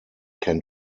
can